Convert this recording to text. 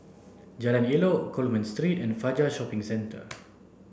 Jalan Elok Coleman Three and Fajar Shopping Centre